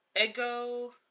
Ego